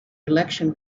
election